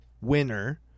winner